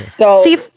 see